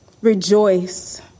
rejoice